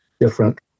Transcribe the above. different